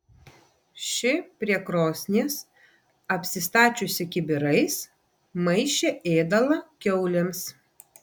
ši prie krosnies apsistačiusi kibirais maišė ėdalą kiaulėms